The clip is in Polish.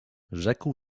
rzekł